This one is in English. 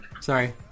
Sorry